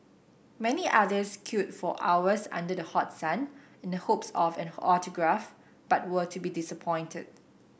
many others queued for hours under the hot sun in the hopes of an autograph but were to be disappointed